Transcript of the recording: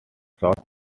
south